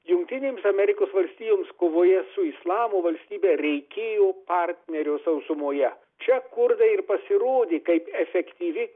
jungtinėms amerikos valstijoms kovoje su islamo valstybe reikėjo partnerio sausumoje čia kurdai ir pasirodė kaip efektyvi